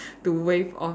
to waive off